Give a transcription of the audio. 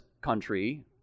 country